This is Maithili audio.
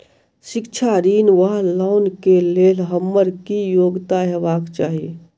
शिक्षा ऋण वा लोन केँ लेल हम्मर की योग्यता हेबाक चाहि?